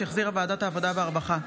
שהחזירה ועדת העבודה והרווחה.